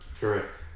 Correct